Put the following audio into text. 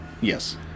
Yes